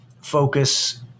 focus